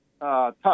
Tough